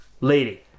lady